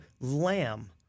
lamb